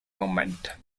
moment